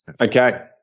Okay